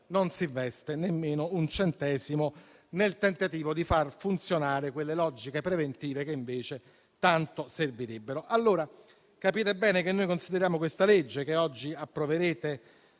non si investe nemmeno un centesimo nel tentativo di far funzionare quelle logiche preventive che invece tanto servirebbero. Capite bene che noi consideriamo questo provvedimento che oggi approverete